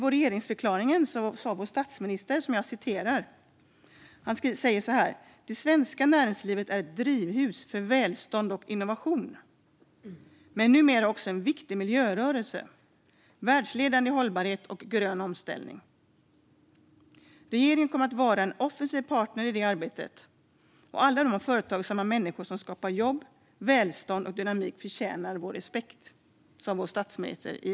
I regeringsförklaringen sa vår statsminister: "Det svenska näringslivet är ett drivhus för välstånd och innovation, men numera också en viktig miljörörelse - världsledande i hållbarhet och grön omställning. Regeringen kommer att vara en offensiv partner i det arbetet. Och alla de företagsamma människor som skapar jobb, välstånd och dynamik förtjänar vår respekt."